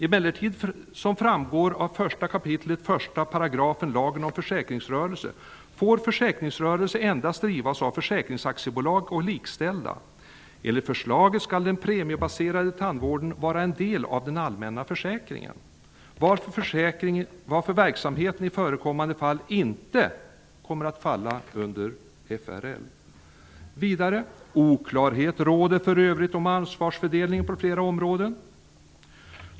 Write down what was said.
Emellertid, som framgår av 1 kap. 1 § lagen om försäkringsrörelse, får försäkringsrörelse endast drivas av försäkringsaktiebolag och likställda. Enligt förslaget skall den premiebaserade tandvården vara en del av den allmänna försäkringen, varför verksamheten i förekommande fall inte kommer att falla under FRL. -- Oklarhet råder för övrigt om ansvarsfördelningen på flera områden.